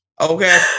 Okay